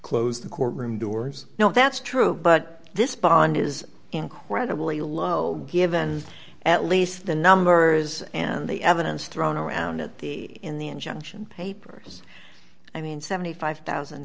close the courtroom doors no that's true but this bond is incredibly low given at least the numbers and the evidence thrown around at the in the injunction papers i mean seventy five thousand